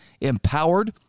empowered